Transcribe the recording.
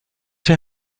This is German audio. der